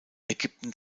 ägypten